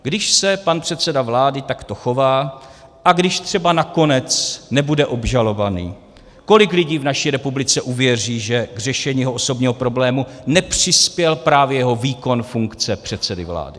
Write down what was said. Když se pan předseda vlády takto chová a když třeba nakonec nebude obžalovaný, kolik lidí v naší republice uvěří, že k řešení jeho osobního problému nepřispěl právě jeho výkon funkce předsedy vlády?